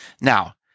Now